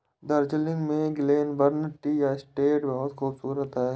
दार्जिलिंग में Glenburn tea estate बहुत खूबसूरत है